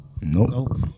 Nope